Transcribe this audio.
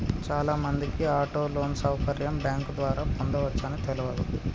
చాలామందికి auto loan సౌకర్యం bank ద్వారా పొందవచ్చని తెలవదు